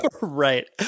Right